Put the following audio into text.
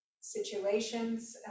situations